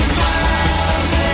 miles